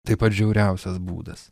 tai pats žiauriausias būdas